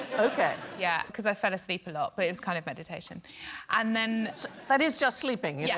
okay. yeah, because i fell asleep a lot but it was kind of meditation and then that is just sleeping. yeah,